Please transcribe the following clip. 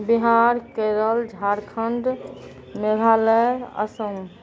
Bihar Kerala Jharkhand Meghalaya Assam